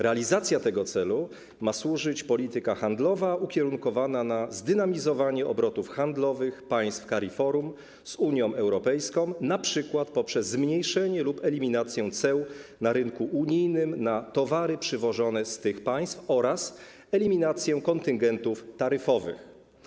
Realizacji tego celu ma służyć polityka handlowa ukierunkowana na zdynamizowanie obrotów handlowych państw CARIFORUM z Unią Europejską, np. poprzez zmniejszenie lub eliminację ceł na rynku unijnym na towary przywożone z tych państw oraz eliminację kontyngentów taryfowych.